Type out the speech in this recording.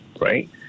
right